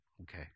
Okay